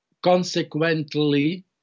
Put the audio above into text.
consequently